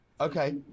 okay